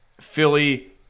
Philly